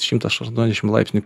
šimtą aštuoniasdešimt laipsnių